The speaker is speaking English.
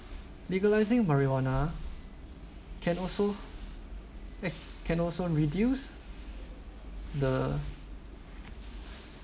legalizing marijuana can also eh can also reduce the